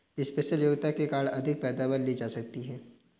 special योग्यता के कारण अधिक पैदावार ली जा सकती है